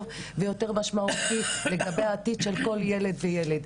ויותר משמעותי וזה לגבי העתיד של כל ילד וילד.